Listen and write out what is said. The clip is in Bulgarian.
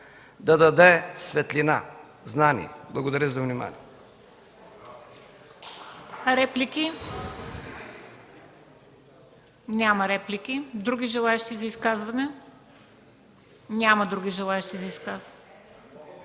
да даде светлина, знания. Благодаря за вниманието.